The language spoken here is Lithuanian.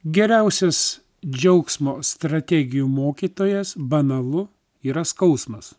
geriausias džiaugsmo strategijų mokytojas banalu yra skausmas